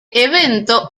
evento